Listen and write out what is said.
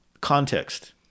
context